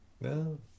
No